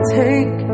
take